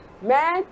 man